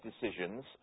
decisions